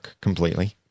completely